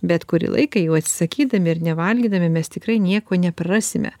bet kurį laiką jų atsisakydami ir nevalgydami mes tikrai nieko neprarasime